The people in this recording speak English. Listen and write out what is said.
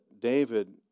David